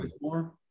more